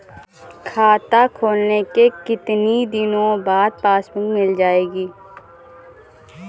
खाता खोलने के कितनी दिनो बाद पासबुक मिल जाएगी?